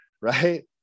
right